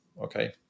okay